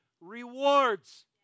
rewards